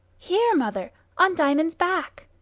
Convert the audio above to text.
here, mother, on diamond's back.